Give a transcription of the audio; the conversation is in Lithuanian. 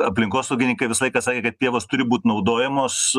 aplinkosaugininkai visą laiką sakė kad pievos turi būt naudojamos